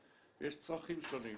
ויש צרכים שונים